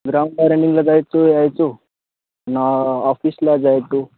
ग्राउंडला रनिंगला जायचो यायचो न ऑफिसला जायचो